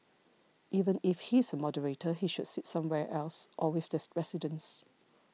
even if he is a moderator he should sit somewhere else or with this residents